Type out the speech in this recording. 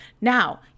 Now